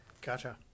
Gotcha